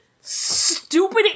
stupid